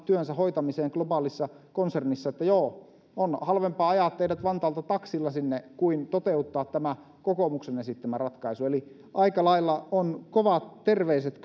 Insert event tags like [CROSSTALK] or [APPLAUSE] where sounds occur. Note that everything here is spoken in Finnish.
työnsä hoitamiseen globaalissa konsernissa että joo on halvempaa ajaa teidät vantaalta taksilla sinne kuin toteuttaa tämä kokoomuksen esittämä ratkaisu eli kieltämättä on kyllä aika lailla kovat terveiset [UNINTELLIGIBLE]